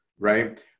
Right